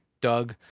Doug